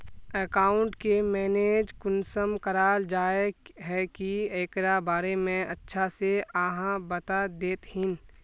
Account के manage कुंसम कराल जाय है की एकरा बारे में अच्छा से आहाँ बता देतहिन?